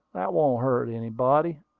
that won't hurt anybody.